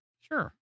Sure